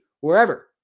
wherever